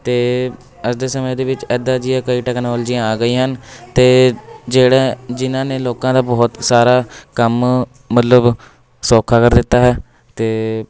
ਅਤੇ ਅੱਜ ਦੇ ਸਮੇਂ ਦੇ ਵਿੱਚ ਇੱਦਾਂ ਦੀਆਂ ਕਈ ਟੈਕਨੋਲੋਜੀਆਂ ਆ ਗਈਆਂ ਹਨ ਅਤੇ ਜਿਹੜਾ ਜਿਨ੍ਹਾਂ ਨੇ ਲੋਕਾਂ ਦਾ ਬਹੁਤ ਸਾਰਾ ਕੰਮ ਮਤਲਬ ਸੌਖਾ ਕਰ ਦਿੱਤਾ ਹੈ ਅਤੇ